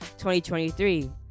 2023